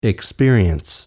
experience